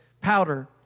powder